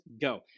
go